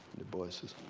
du bois says,